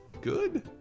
good